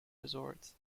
resorts